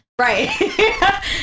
right